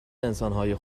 انسانهای